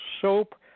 soap